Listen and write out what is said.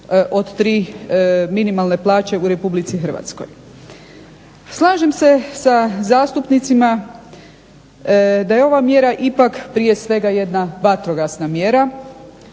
od tri minimalne plaće u Republici Hrvatskoj. Slažem se sa zastupnicima da je ova mjera ipak prije svega jedna vatrogasna mjera